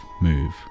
move